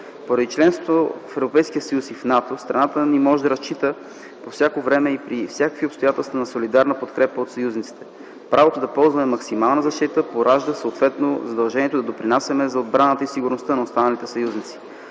Поради членството в Европейския съюз и в НАТО страната ни може да разчита по всяко време и при всякакви обстоятелства на солидарна подкрепа от съюзниците. Правото да ползваме максимална защита поражда съответно задължението да допринасяме за отбраната и сигурността на останалите съюзници.